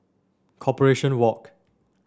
Corporation Walk